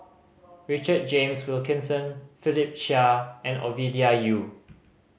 Richard James Wilkinson Philip Chia and Ovidia Yu